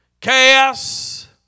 chaos